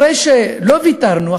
אחרי שלא ויתרנו,